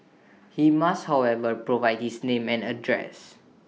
he must however provide his name and address